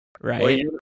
right